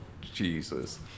Jesus